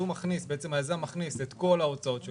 היזם מכניס את כל ההוצאות שלו,